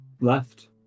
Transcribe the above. left